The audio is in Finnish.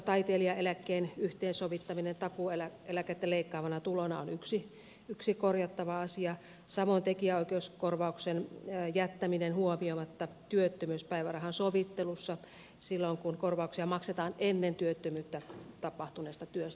taiteilijaeläkkeen yhteensovittaminen takuueläkettä leikkaavana tulona on yksi korjattava asia samoin tekijänoikeuskorvauksen jättäminen huomioimatta työttömyyspäivärahan sovittelussa silloin kun korvauksia maksetaan ennen työttömyyttä tapahtuneesta työstä